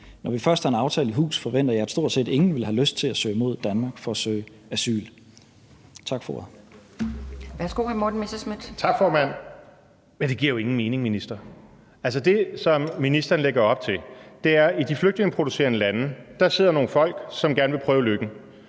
Når vi først har en aftale i hus, forventer jeg, at stort set ingen vil have lyst til at søge mod Danmark for at søge asyl.